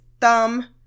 thumb